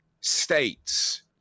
states